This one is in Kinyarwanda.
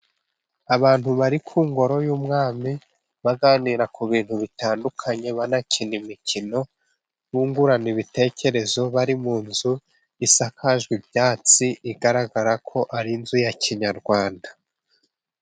Abantu bari ku ngoro y'umwami, aganira ku bintu bitandukanye. Banakina imikino bungurana ibitekerezo, bari mu nzu isakajwe ibyatsi, igaragara ko ari inzu ya Kinyarwanda.